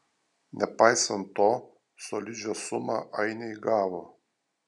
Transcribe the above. nepaisant to solidžią sumą ainiai gavo